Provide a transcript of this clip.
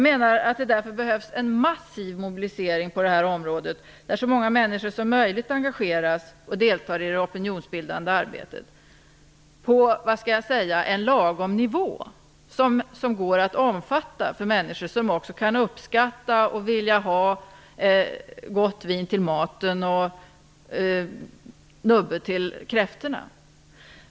Det behövs därför en massiv mobilisering där så många människor som möjligt engagerar sig och deltar i det opinionsbildande arbetet. Men nivån skall vara lagom så att den kan omfattas också av människor som uppskattar och vill ha ett gott vin till maten och en nubbe till kräftorna.